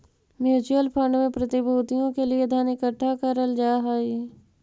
mutual fund में प्रतिभूतियों के लिए धन इकट्ठा करल जा हई